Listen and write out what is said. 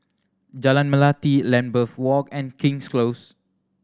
Jalan Melati Lambeth Walk and King's Close